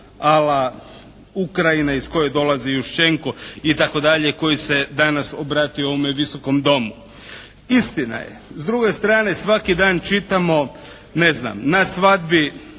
a la Ukrajina iz koje dolazi Jušćenko itd. koji se danas obratio ovome Visokom domu. Istina je, s druge strane svaki dan čitamo ne znam na svadbi